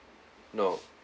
no